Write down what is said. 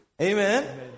Amen